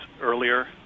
earlier